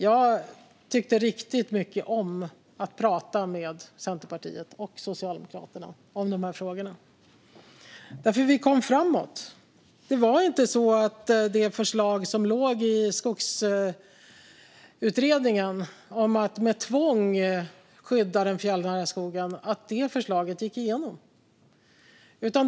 Jag tyckte riktigt mycket om att prata med Centerpartiet och Socialdemokraterna om de här frågorna, för vi kom framåt. Det var inte Skogsutredningens förslag om att med tvång skydda den fjällnära skogen som gick igenom.